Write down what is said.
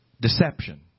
deception